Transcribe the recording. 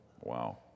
wow